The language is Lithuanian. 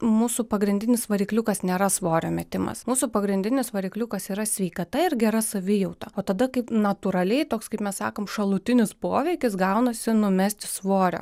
mūsų pagrindinis varikliukas nėra svorio metimas mūsų pagrindinis varikliukas yra sveikata ir gera savijauta o tada kaip natūraliai toks kaip mes sakom šalutinis poveikis gaunasi numesti svorio